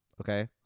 Okay